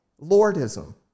lordism